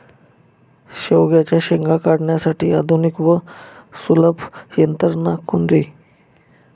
शेवग्याच्या शेंगा काढण्यासाठी आधुनिक व सुलभ यंत्रणा कोणती?